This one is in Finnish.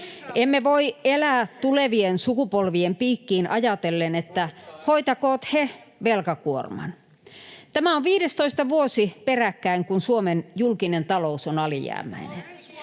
Emme voi elää tulevien sukupolvien piikkiin ajatellen, että hoitakoot he velkakuorman. Tämä on 15. vuosi peräkkäin, kun Suomen julkinen talous on alijäämäinen.